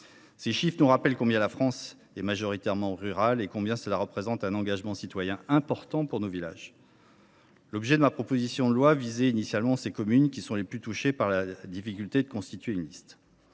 Ces chiffres nous rappellent combien la France est majoritairement rurale et combien l’engagement citoyen est important pour nos villages. L’objet de ma proposition de loi visait initialement ces communes, qui sont les plus touchées par la difficulté de constituer une liste.